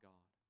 God